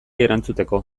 erantzuteko